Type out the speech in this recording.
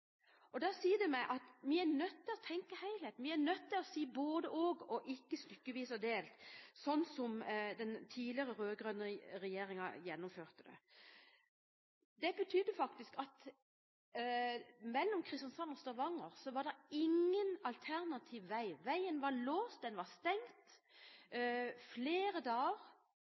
sier meg at vi er nødt til å tenke helhet, vi er nødt til å si både–og og ikke gjøre det stykkevis og delt, sånn som den tidligere rød-grønne regjeringen gjennomførte det. Det betydde faktisk at det mellom Kristiansand og Stavanger ikke var noen alternativ vei. Veien var låst, den var stengt i flere dager.